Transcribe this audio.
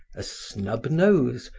a snub nose,